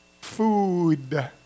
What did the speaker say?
food